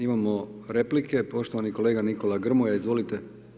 Imamo replike, poštovani kolega Nikola Grmoja, izvolite.